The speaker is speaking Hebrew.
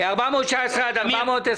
פניות מס' 419 425